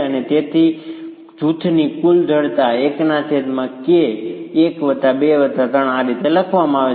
અને તેથી જૂથની કુલ જડતા આ રીતે લખવામાં આવે છે